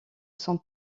sont